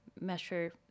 measure